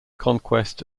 conquest